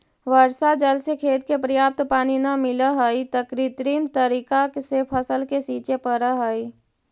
वर्षा जल से खेत के पर्याप्त पानी न मिलऽ हइ, त कृत्रिम तरीका से फसल के सींचे पड़ऽ हइ